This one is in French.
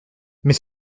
mais